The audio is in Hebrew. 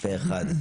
פה אחד.